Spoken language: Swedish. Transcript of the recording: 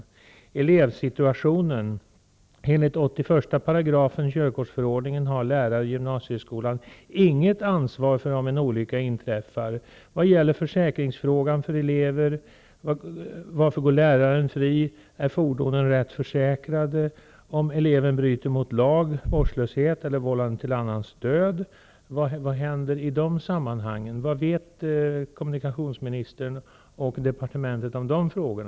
När det gäller elevsituationen, har lärare i gymnasieskolan, enligt 81 § körkortsförordningen, inget ansvar för olyckor som inträffar. Hur är det med försäkringsfrågor? Varför går läraren fri? Är fordonen rätt försäkrade? Om eleven bryter mot lag, gör sig skyldig till vårdslöshet eller är vållande till annans död -- vad händer i de sammanhangen?